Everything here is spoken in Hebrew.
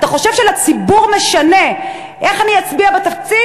אתה חושב שלציבור משנה איך אני אצביע בתקציב,